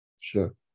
Sure